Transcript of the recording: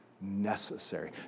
necessary